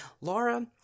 Laura